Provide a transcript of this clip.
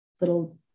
little